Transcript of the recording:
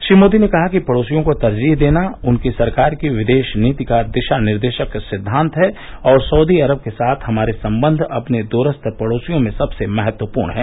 श्री मोदी ने कहा कि पड़ोसियों को तरजीह देना उनकी सरकार की विदेश नीति का दिशा निर्देशक सिद्वांत है और सऊदी अरब के साथ हमारे संबंध अपने दूस्थ पड़ोसियों में सबसे महत्वपूर्ण हैं